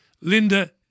Linda